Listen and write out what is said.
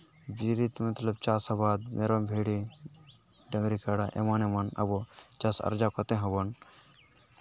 ᱵᱤᱨᱤᱫ ᱢᱚᱛᱞᱚᱵ ᱪᱟᱥ ᱟᱵᱟᱫ ᱢᱮᱨᱚᱢ ᱵᱷᱤᱰᱤ ᱰᱟᱝᱨᱤ ᱠᱟᱬᱟ ᱮᱢᱟᱱ ᱮᱢᱟᱱ ᱟᱵᱚ ᱪᱟᱥ ᱟᱨᱡᱟᱣ ᱠᱟᱛᱮ ᱦᱚᱸᱵᱚᱱ